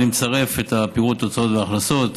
אני מצרף את פירוט ההוצאות וההכנסות,